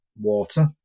Water